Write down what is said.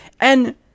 and-